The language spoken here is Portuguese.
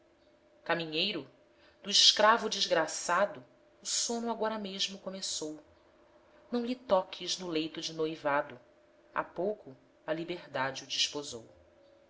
caminheiro do escravo desgraçado o sono agora mesmo começou não lhe toques no leito de noivado há pouco a liberdade o desposou